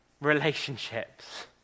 relationships